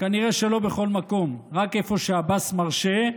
כנראה שלא בכל מקום, רק איפה שעבאס מרשה.